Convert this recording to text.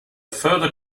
further